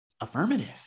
Affirmative